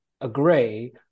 agree